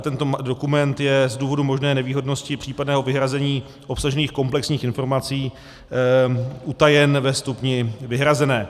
Tento dokument je z důvodů možné nevýhodnosti případného vyhrazení obsažených komplexních informací utajen ve stupni vyhrazené.